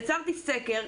יצרתי סקר,